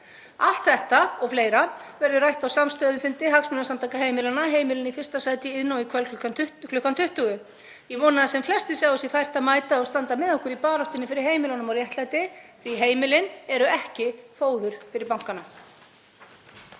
Allt þetta og fleira verður rætt á samstöðufundi Hagsmunasamtaka heimilanna, Heimilin í fyrsta sæti, í Iðnó í kvöld kl. 20. Ég vona að sem flestir sjái sér fært að mæta og standa með okkur í baráttunni fyrir heimilunum og réttlæti. Heimilin eru ekki fóður fyrir bankana.